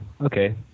okay